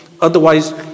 Otherwise